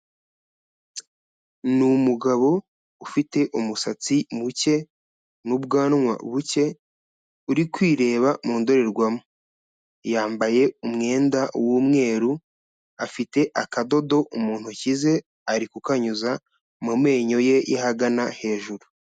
Ni umugabo ufite umusatsi muke n'ubwanwa buke, uri kwireba mu ndorerwamo, yambaye umwenda w'umweru, afite akadodo mu ntoki ze ari kukanyuza mu menyo ye y'ahagana hejuru.